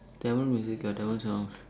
Tamil music ah Tamil sounds